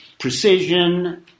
precision